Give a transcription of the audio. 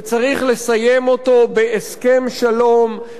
וצריך לסיים אותו בהסכם שלום,